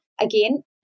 Again